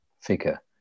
figure